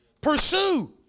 Pursue